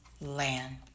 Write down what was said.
land